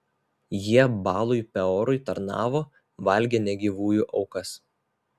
jie baalui peorui tarnavo valgė negyvųjų aukas